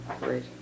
Great